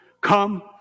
come